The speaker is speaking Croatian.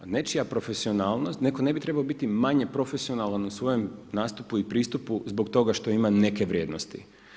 Nečija profesionalnost neko ne bi trebao biti manje profesionalan u svojem nastupu i pristupu zbog toga što ima neke vrijednosti.